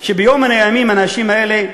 שביום מן הימים האנשים האלה,